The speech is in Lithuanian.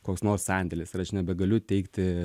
koks nors sandėlis ir aš nebegaliu teikti